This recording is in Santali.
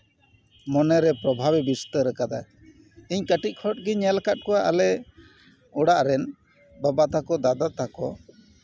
ᱢᱚᱱᱮᱨᱮ ᱯᱨᱚᱵᱷᱟᱵᱽᱼᱮ ᱵᱤᱥᱛᱟᱹᱨ ᱟᱠᱟᱫᱟᱭ ᱤᱧ ᱠᱟᱹᱴᱤᱡ ᱠᱷᱚᱱ ᱜᱤᱧ ᱧᱮᱞ ᱟᱠᱟᱫ ᱠᱚᱣᱟ ᱟᱞᱮ ᱚᱲᱟᱜ ᱨᱮᱱ ᱵᱟᱵᱟ ᱛᱟᱠᱚ ᱫᱟᱫᱟ ᱛᱟᱠᱚ